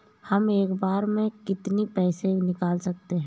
हम एक बार में कितनी पैसे निकाल सकते हैं?